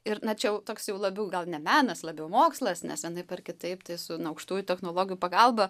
ir na čia jau toks jau labiau gal ne menas labiau mokslas nes vienaip ar kitaip tai su na aukštųjų technologijų pagalba